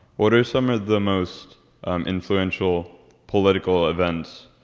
what are some of the most influential political events